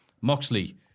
Moxley